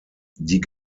die